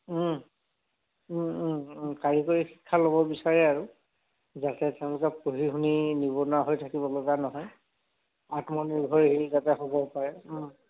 কাৰিকৰী শিক্ষা ল'ব বিচাৰে আৰু যাতে তেওঁলোকে পঢ়ি শুনি নিবনুৱা হৈ থাকিবলগা নহয় আত্মনিৰ্ভৰশীল যাতে হ'ব পাৰে